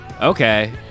Okay